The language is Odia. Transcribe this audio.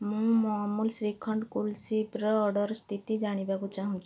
ମୁଁ ମୋ ଅମୁଲ ଶ୍ରୀଖଣ୍ଡ କୁଲ୍ ସ୍କୁପ୍ ଅର୍ଡ଼ର୍ର ସ୍ଥିତି ଜାଣିବାକୁ ଚାହୁଁଛି